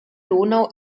donau